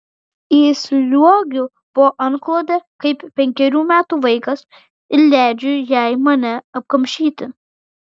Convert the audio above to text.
įsliuogiu po antklode kaip penkerių metų vaikas ir leidžiu jai mane apkamšyti